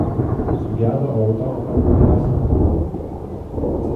sugedo auto o kas blogiausia kapoto neatidarau